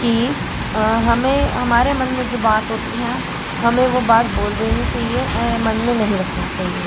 कि हमें हमारे मन में जो बात होती हैं हमें वो बात बोल देनी चहिए मन में नहीं रखना चाहिए